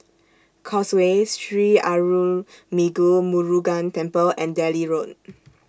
Causeway Sri Arulmigu Murugan Temple and Delhi Road